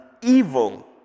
evil